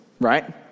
right